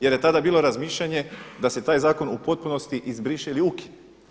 Jer je tada bilo razmišljanje da se taj zakon u potpunosti izbriše ili ukine.